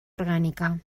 orgànica